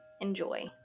Enjoy